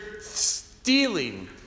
stealing